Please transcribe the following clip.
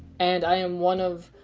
and i'm one of